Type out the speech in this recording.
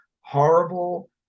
horrible